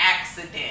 accident